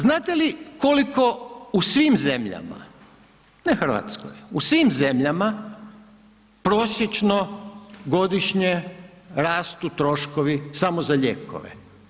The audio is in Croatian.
Znate li koliko u svim zemljama, ne RH, u svim zemljama prosječno godišnje rastu troškovi samo za lijekove?